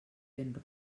ben